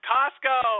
Costco